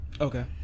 okay